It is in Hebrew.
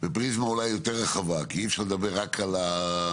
בפריזמה אולי יותר רחבה כי אי אפשר לדבר רק על זה,